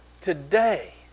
today